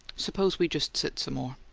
suppose we just sit some more.